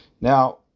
Now